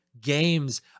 games